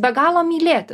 be galo mylėti